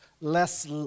less